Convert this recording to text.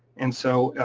and so,